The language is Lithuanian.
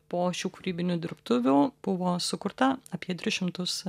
po šių kūrybinių dirbtuvių buvo sukurta apie tris šimtus